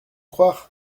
croire